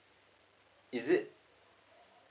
is it